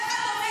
העובדות.